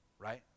right